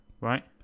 Right